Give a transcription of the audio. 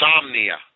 Insomnia